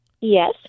Yes